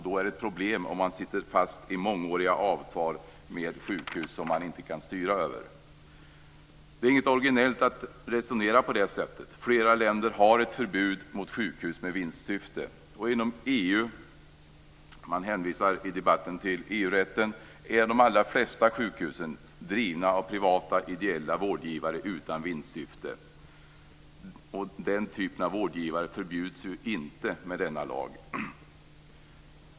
Då är det ett problem om man sitter fast i mångåriga avtal med sjukhus som man inte kan styra över. Det är inget originellt att resonera på det sättet. Flera länder har ett förbud mot sjukhus med vinstsyfte. Inom EU - man hänvisar i debatten till EG rätten - är de allra flesta sjukhus drivna av privata, ideella vårdgivare utan vinstsyfte. Den typen av vårdgivare förbjuds ju inte med denna lag.